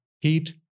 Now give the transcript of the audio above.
heat